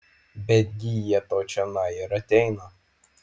betgi jie to čionai ir ateina